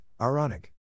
ironic